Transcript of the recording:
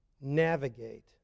navigate